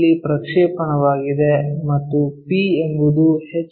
P ಯಲ್ಲಿ ಪ್ರಕ್ಷೇಪಣವಾಗಿದೆ ಮತ್ತು p ಎಂಬುದು ಎಚ್